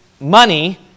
money